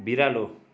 बिरालो